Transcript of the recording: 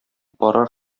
бара